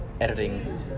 editing